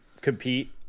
compete